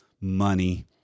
Money